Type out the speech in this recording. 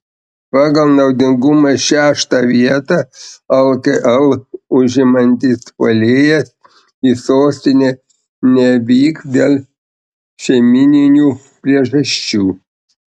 pagal naudingumą šeštą vietą lkl užimantis puolėjas į sostinę nevyks dėl šeimyninių priežasčių